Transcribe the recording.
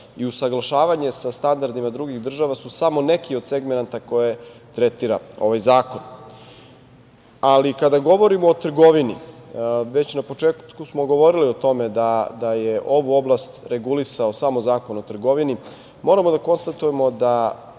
i usaglašavanje sa standardima drugih država su samo neki od segmenata koje tretira ovaj zakon. Kada govorimo o trgovini već na početku smo govorili o tome da je ovu oblast regulisao samo Zakon o trgovini, moramo da konstatujemo da